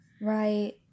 Right